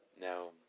Now